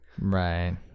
Right